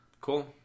Cool